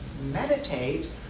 meditate